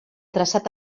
traçat